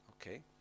Okay